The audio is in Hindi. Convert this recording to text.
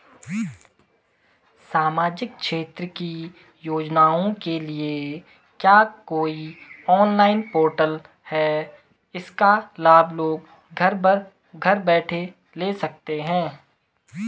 सामाजिक क्षेत्र की योजनाओं के लिए क्या कोई ऑनलाइन पोर्टल है इसका लाभ लोग घर बैठे ले सकते हैं?